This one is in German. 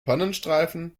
pannenstreifen